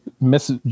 miss